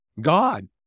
God